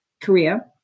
Korea